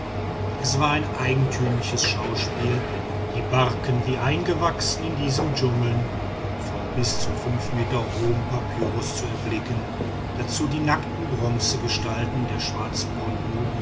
es war ein eigentümliches schauspiel die zarten wie eingewachsen in diesen dschungeln von bis zu fünf meter hohem papyrus zu erblicken dazu die nackten bronzegestalten der